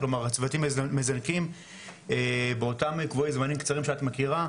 כלומר הצוותים מזנקים באותם זמנים קצרים שאת מכירה,